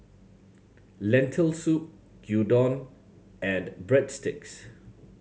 Lentil Soup Gyudon and Breadsticks